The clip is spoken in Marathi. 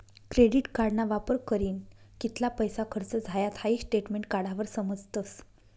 क्रेडिट कार्डना वापर करीन कित्ला पैसा खर्च झायात हाई स्टेटमेंट काढावर समजस